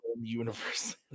universe